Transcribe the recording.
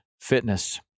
fitness